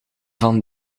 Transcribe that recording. van